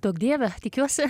duok dieve tikiuosi